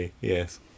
Yes